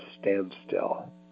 standstill